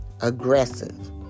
aggressive